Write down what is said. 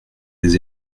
des